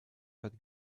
that